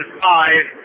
five